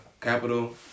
capital